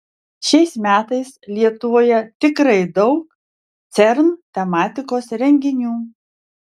šiais metais lietuvoje tikrai daug cern tematikos renginių